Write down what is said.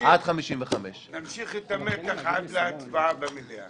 עד 55. נמשיך את המתח עד להצבעה במליאה.